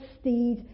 steed